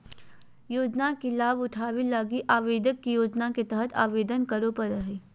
योजना के लाभ उठावे लगी आवेदक के योजना के तहत आवेदन करे पड़ो हइ